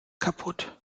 kaputt